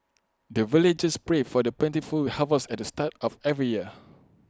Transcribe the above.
the villagers pray for the plentiful harvest at the start of every year